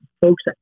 folks